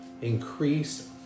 Increase